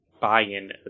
buy-in